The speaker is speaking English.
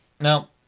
Now